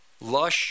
lush